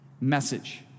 message